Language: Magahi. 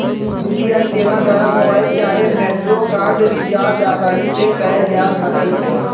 यू.पी.आई सेवा द्वारा मोबाइल चाहे मेट्रो कार्ड रिचार्ज असानी से कएल जा सकइ छइ